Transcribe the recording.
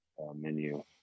menu